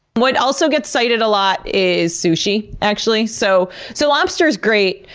what also gets cited a lot is sushi, actually. so so lobster's great,